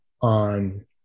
on